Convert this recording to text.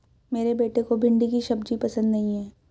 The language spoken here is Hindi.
मेरे बेटे को भिंडी की सब्जी पसंद नहीं है